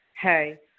hey